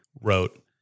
wrote